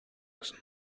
müssen